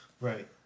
right